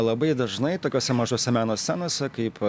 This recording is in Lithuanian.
labai dažnai tokiose mažose meno scenose kaip